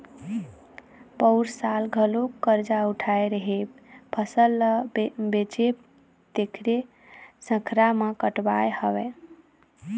पउर साल घलोक करजा उठाय रेहेंव, फसल ल बेचेंव तेखरे संघरा म कटवाय हँव